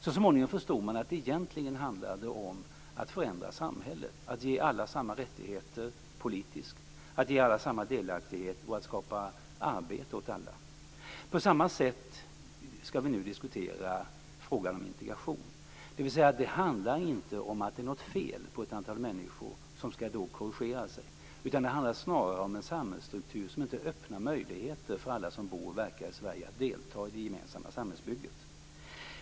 Så småningom förstod man att det egentligen handlade om att förändra samhället, att ge alla samma rättigheter politiskt, att ge alla samma delaktighet och att skapa arbete åt alla. På samma sätt skall vi nu diskutera frågan om integration. Det handlar inte om att det är något fel på ett antal människor, som skall korrigera sig, utan det handlar snarare om en samhällsstruktur som inte öppnar möjligheter för alla som bor och verkar i Sverige att delta i det gemensamma samhällsbygget.